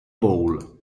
bowl